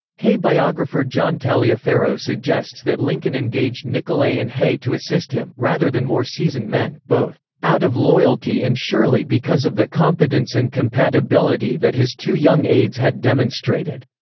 hay biographer john taliaferro suggests that lincoln engaged nicolay and hay to assist him, rather than more seasoned men, both out of loyalty and surely because of the competence and compatibility that his two young aides had demonstrated.